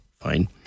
Fine